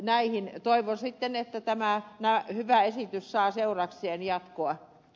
näihin toivon sitten että tämä hyvä esitys saa seurakseen jatkoa